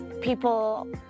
people